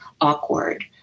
awkward